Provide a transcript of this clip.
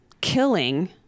killing